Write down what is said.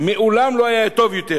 מעולם לא היה טוב יותר.